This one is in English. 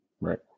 right